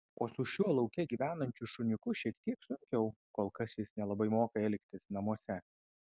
o su šiuo lauke gyvenančiu šuniuku šiek tiek sunkiau kol kas jis nelabai moka elgtis namuose